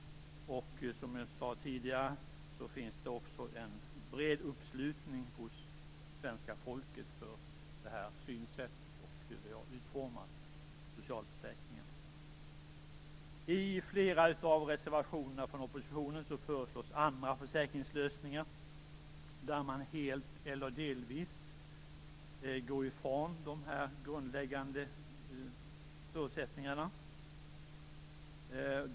Som jag sade tidigare finns det också en bred uppslutning hos svenska folket kring detta synsätt och hur vi har utformat socialförsäkringen. I flera av reservationerna från oppositionen föreslås andra försäkringslösningar där man helt eller delvis går ifrån de grundläggande förutsättningarna.